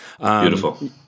Beautiful